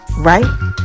right